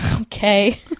okay